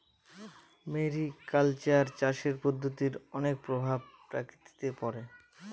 mariculture চাষের পদ্ধতির অনেক প্রভাব প্রকৃতিতে পড়ে